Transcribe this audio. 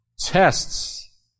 Tests